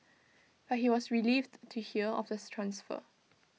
but he was relieved to hear of this transfer